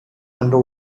under